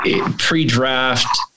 pre-draft